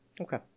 Okay